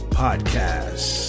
podcast